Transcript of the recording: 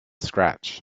scratch